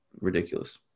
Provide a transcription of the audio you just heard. ridiculous